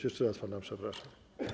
Jeszcze raz pana przepraszam.